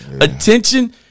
attention